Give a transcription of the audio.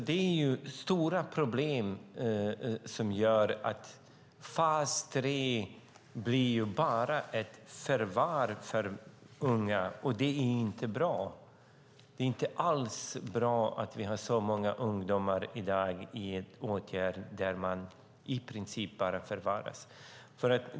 Det finns stora problem som gör att fas 3 bara blir ett förvar för unga, och det är inte bra. Det är inte alls bra att vi har så många ungdomar i åtgärder där de i princip bara förvaras.